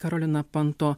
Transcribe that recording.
karolina panto